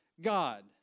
God